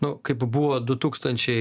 nu kaip buvo du tūkstančiai